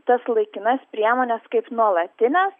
tas laikinas priemones kaip nuolatinės